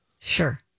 Sure